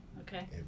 Okay